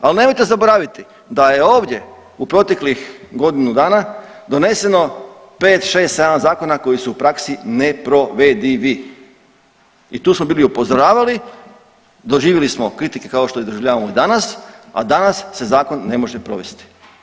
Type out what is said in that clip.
Ali nemojte zaboraviti da je ovdje u proteklih godinu dana doneseno 5,6,7 zakona koji su u praksi neprovedivi i tu smo bili upozoravali, doživjeli smo kritike kao što ih doživljavamo i danas, a danas se zakon ne može provesti.